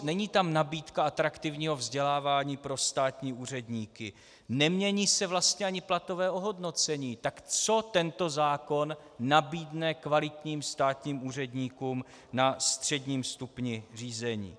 Není tam nabídka atraktivního vzdělávání pro státní úředníky, nemění se vlastně ani platové ohodnocení, tak co tento zákon nabídne kvalitním státním úředníkům na středním stupni řízení?